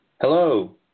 Hello